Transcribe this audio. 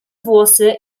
włosy